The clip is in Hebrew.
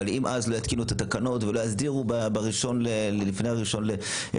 אבל אם לא יתקינו את התקנות ולא יסדירו לפני ה-1 באפריל,